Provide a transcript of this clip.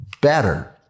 better